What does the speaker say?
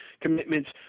commitments